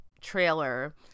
trailer